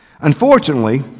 unfortunately